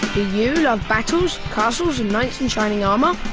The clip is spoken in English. you love battles, castles and knights in shining armour?